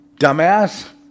dumbass